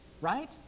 Right